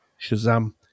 Shazam